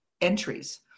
entries